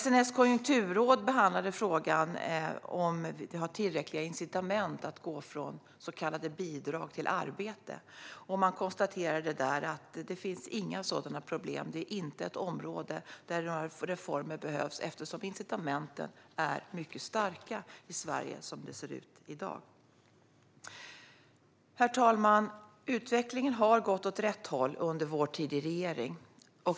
SNS Konjunkturråd behandlade frågan om det finns tillräckliga incitament att gå från så kallade bidrag till arbete. Man konstaterade där att det inte finns några sådana problem. Det är inte ett område där det behövs reformer eftersom incitamenten är mycket starka i Sverige som det ser ut i dag. Herr talman! Utvecklingen har gått åt rätt håll under vår tid i regering.